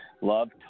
love